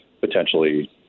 potentially